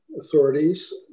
authorities